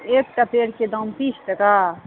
एकटा पेड़के दाम तीस टका